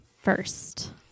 first